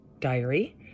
diary